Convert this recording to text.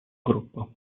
gruppo